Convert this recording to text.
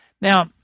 Now